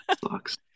sucks